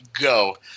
go